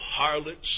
harlots